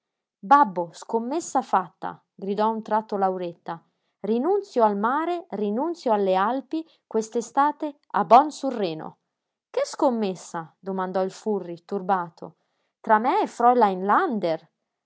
babbo scommessa fatta gridò a un tratto lauretta rinunzio al mare rinunzio alle alpi quest'estate a bonn sul reno che scommessa domandò il furri turbato tra me e frulein lander